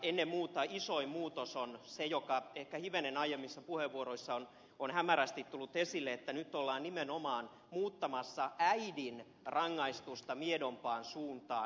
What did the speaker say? ennen muuta isoin muutos on se joka ehkä hivenen aiemmissa puheenvuoroissa on hämärästi tullut esille että nyt ollaan nimenomaan muuttamassa äidin rangaistusta miedompaan suuntaan